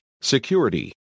security